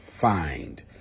find